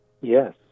Yes